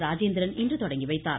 ராஜேந்திரன் இன்று தொடங்கிவைத்தார்